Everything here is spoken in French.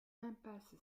impasse